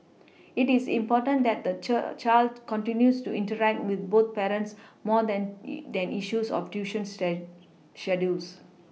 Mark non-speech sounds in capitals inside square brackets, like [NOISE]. it is important that the [UNINTELLIGIBLE] child continues to interact with both parents more than than issues of tuition [UNINTELLIGIBLE] schedules